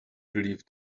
believe